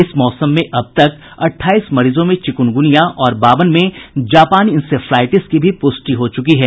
इस मौसम में अब तक अट्ठाईस मरीजों में चिकुनगुनिया और बावन में जापानी इंसेफ्लाईटिस की भी पुष्टि हो चुकी है